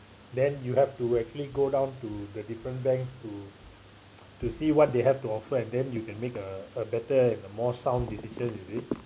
then you have to actually go down to the different bank to to see what they have to offer and then you can make a a better and more sound decision you see